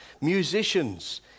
musicians